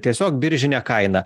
tiesiog biržinė kaina